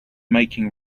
making